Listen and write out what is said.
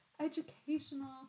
educational